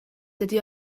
dydy